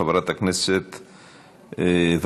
חברת הכנסת ורבין,